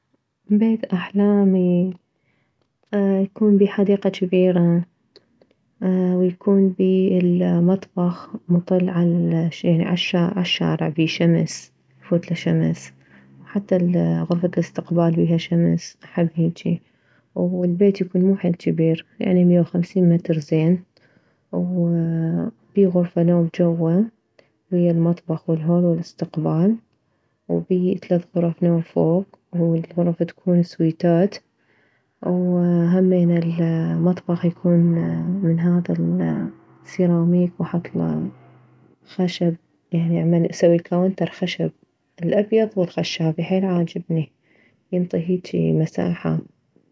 بيت احلامي يكون بيه حديقة جبيرة ويكون بيه المطبخ مطل عال يعني عالشارع بيه شمس يفوتله شمس حتى غرفة الاستقبال بيها شمس احب هيجي والبيت يكون مو حيل جبير يعني مية وخمسين متر زين وبيه غرفة نوم جوه ويه المطبخ والهول والاستقبال وبيه ثلاث غرف نوم فوك والغرف تكون سويتات وهمينه المطبخ يكون من هذا السيراميك واحطله خشب يعني اعمل اسوي كاونتر خشب الابيض والخشابي حيل عاجبني ينطي هيجي مساحة